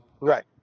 right